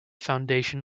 foundation